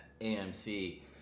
AMC